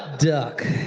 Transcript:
duck.